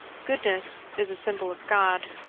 goodness is a symbol of god.